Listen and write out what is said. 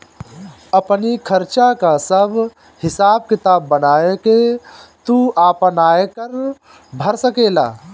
आपनी खर्चा कअ सब हिसाब किताब बनाई के तू आपन आयकर भर सकेला